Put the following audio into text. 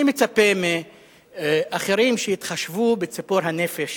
אני מצפה מאחרים שיתחשבו בציפור הנפש